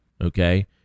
okay